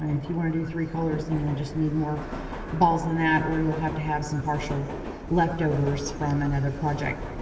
if you want to do three colors, then you'll just need more balls than that or you'll have to have some partial leftovers from another project.